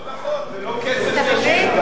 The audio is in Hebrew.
לא נכון, זה לא כסף ישיר.